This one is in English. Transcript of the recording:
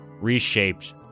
reshaped